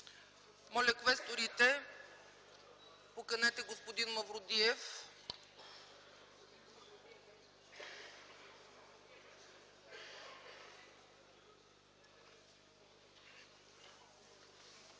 Моля, квесторите, поканете господин Мавродиев!